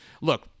look